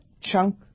chunk